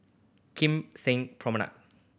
Kim Seng Promenade